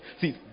see